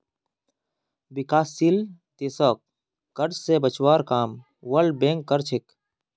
विकासशील देशक कर्ज स बचवार काम वर्ल्ड बैंक कर छेक